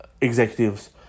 executives